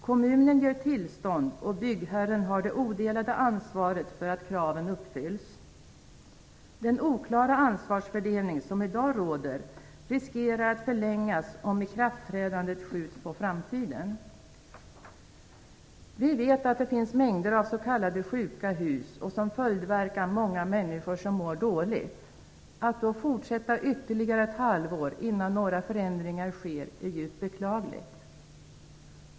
Kommunen ger tillstånd, och byggherren har det odelade ansvaret för att kraven uppfylls. Den oklara ansvarsfördelning som i dag råder riskerar att förlängas om ikraftträdandet skjuts på framtiden. Vi vet att det finns mängder av s.k. sjuka hus, som har som följdverkan att många människor mår dåligt. Att detta får fortsätta ytterligare ett halvår innan några förändringar sker är djupt beklagligt.